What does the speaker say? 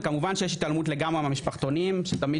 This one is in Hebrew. וכמובן שיש התעלמות לגמרי מהמשפחתונים שתמיד